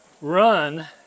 run